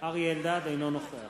אינו נוכח